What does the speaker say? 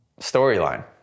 storyline